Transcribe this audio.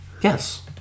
Yes